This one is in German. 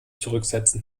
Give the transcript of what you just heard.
zurücksetzen